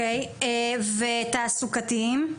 ותעסוקתיים?